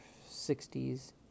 60s